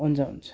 हुन्छ हुन्छ